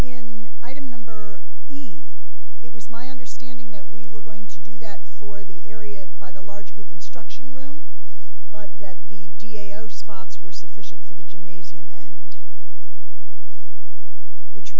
in item number he it was my understanding that we were going to do that for the area by the large group instruction room but that the g a o spots were sufficient for the gymnasium and which